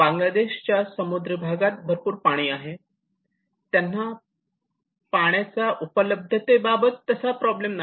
बांगलादेशच्या समुद्री भागात भरपूर पाणी आहे त्यांना पाण्याच्या उपलब्धतेबाबत तसा प्रॉब्लेम नाही